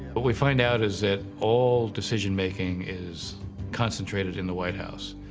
what we find out is that all decision-making is concentrated in the white house,